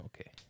Okay